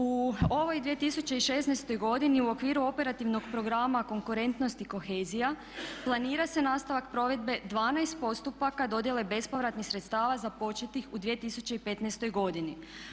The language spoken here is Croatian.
U ovoj 2016. godini u okviru operativnog programa konkurentnost i kohezija planira se nastavak provedbe 12 postupaka dodjele bespovratnih sredstava započetih u 2015. godini.